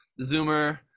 Zoomer